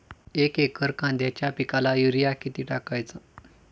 एक एकर कांद्याच्या पिकाला युरिया किती टाकायचा?